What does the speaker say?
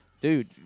Dude